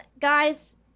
guys